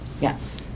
Yes